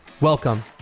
Welcome